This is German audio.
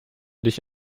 dich